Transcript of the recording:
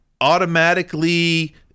automatically